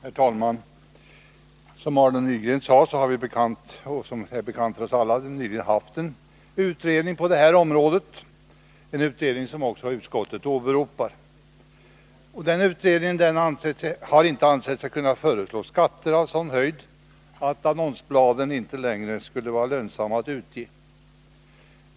Herr talman! Som Arne Nygren sade och som är bekant för oss alla har det nyligen gjorts en utredning på detta område. Utskottet åberopar också denna utredning. Där ansåg man sig inte kunna föreslå så höga skatter att annonsbladen inte längre skulle vara lönsamma att utge.